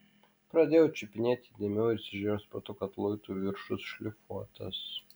pradėjau juos čiupinėti įdėmiau įsižiūrėjau ir supratau kad luitų viršus šlifuotas